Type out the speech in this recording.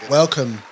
welcome